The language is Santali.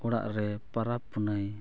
ᱚᱲᱟᱜ ᱨᱮ ᱯᱟᱨᱟᱵᱼᱯᱩᱱᱟᱹᱭ